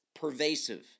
pervasive